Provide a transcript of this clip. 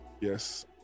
Yes